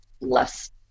less